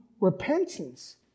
repentance